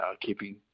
keeping